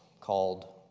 called